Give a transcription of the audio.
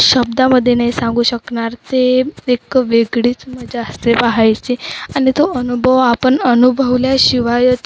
शब्दामध्ये नाही सांगू शकणार ते एक वेगळीच मजा असते पहायची आणि तो अनुभव आपण अनुभवल्याशिवायच